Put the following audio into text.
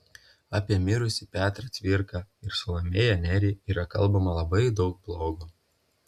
apie mirusį petrą cvirką ir salomėją nerį yra kalbama labai daug blogo